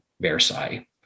Versailles